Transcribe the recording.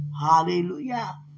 Hallelujah